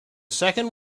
second